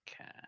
Okay